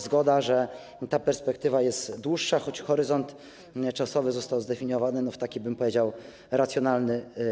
Zgoda, że ta perspektywa jest dłuższa, choć horyzont czasowy został zdefiniowany w sposób, powiedziałbym, racjonalny.